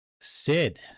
Sid